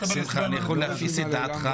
אני יכול להפיס את דעתך.